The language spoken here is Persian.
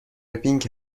بینگ